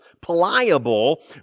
pliable